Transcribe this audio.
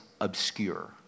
obscure